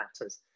matters